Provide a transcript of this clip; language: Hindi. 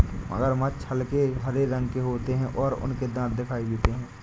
मगरमच्छ हल्के हरे रंग के होते हैं और उनके दांत दिखाई देते हैं